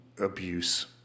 abuse